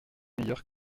meilleure